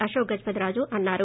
అశోక్గజపతిరాజు అన్సారు